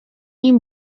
این